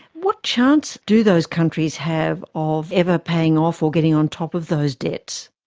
what chance do those countries have of ever paying off or getting on top of those debts?